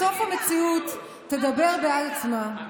בסוף המציאות תדבר בעד עצמה.